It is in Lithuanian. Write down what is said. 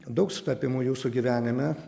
daug sutapimų jūsų gyvenime